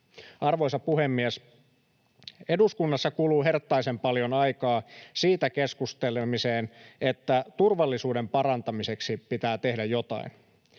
Arvoisa puhemies! Eduskunnassa kuluu herttaisen paljon aikaa siitä keskustelemiseen, että turvallisuuden parantamiseksi pitää tehdä jotain.